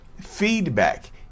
feedback